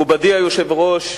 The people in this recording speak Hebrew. מכובדי היושב-ראש,